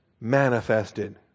manifested